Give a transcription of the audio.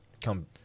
come